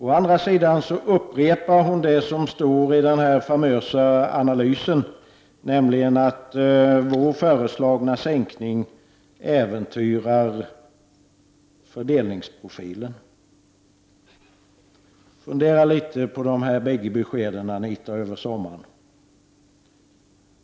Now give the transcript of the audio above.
Å andra sidan upprepar hon vad som står i den famösa analysen, nämligen att den av oss föreslagna sänkningen äventyrar fördelningsprofilen. Fundera litet på dessa bägge besked, Anita Johansson, över sommaren!